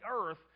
earth